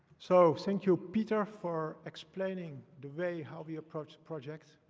so thank you, pieter, for explaining the way how we approach projects.